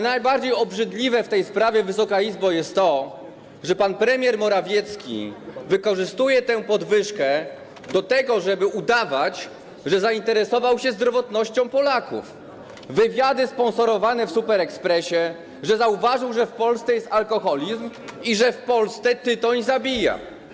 Najbardziej obrzydliwe w tej sprawie, Wysoka Izbo, jest to, że pan premier Morawiecki wykorzystuje tę podwyżkę do tego, żeby udawać, że zainteresował się zdrowotnością Polaków - wywiady sponsorowane w „Super Expressie” - i zauważył, że w Polsce jest alkoholizm, i że w Polsce tytoń zabija.